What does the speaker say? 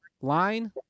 line